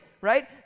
right